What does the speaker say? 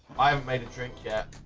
i made a drink yeah